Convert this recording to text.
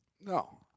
No